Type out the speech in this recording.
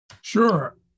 Sure